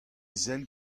sell